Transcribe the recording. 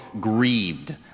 grieved